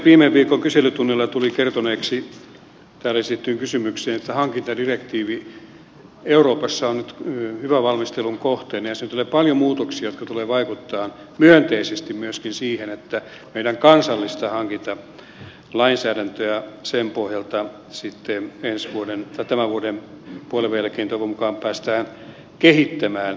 viime viikon kyselytunnilla tulin kertoneeksi täällä esitettyyn kysymykseen että hankintadirektiivi euroopassa on nyt yva valmistelun kohteena ja siihen tulee paljon muutoksia jotka tulevat vaikuttamaan myönteisesti myöskin siihen että meidän kansallista hankintalainsäädäntöämme sen pohjalta sitten tämän vuoden puolivälin jälkeen toivon mukaan päästään kehittämään